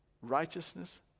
righteousness